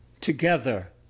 together